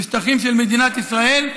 אלה שטחים של מדינת ישראל,